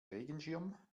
regenschirm